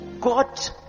God